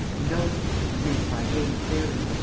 who knows me and who reads my game clearly.